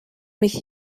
mich